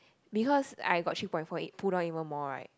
because I got three point four eight pull down even more right